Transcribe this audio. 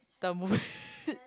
the movie